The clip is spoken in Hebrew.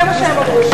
זה מה שהם אמרו.